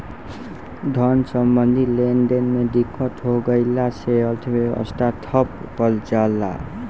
धन सम्बन्धी लेनदेन में दिक्कत हो गइला से अर्थव्यवस्था ठप पर जला